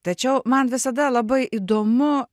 tačiau man visada labai įdomu